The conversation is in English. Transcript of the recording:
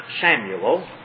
Samuel